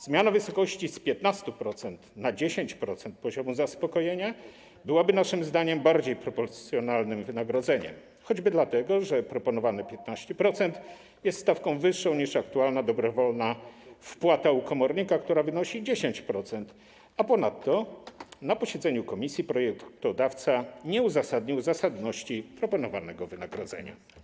Zmiana wysokości z 15% na 10% poziomu zaspokojenia byłaby naszym zdaniem bardziej proporcjonalnym wynagrodzeniem, choćby dlatego, że proponowane 15% jest stawką wyższą niż aktualna dobrowolna wpłata u komornika, która wynosi 10%, a ponadto na posiedzeniu komisji projektodawca nie uzasadnił zasadności proponowanego wynagrodzenia.